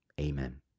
Amen